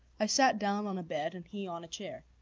i sat down on a bed and he on a chair.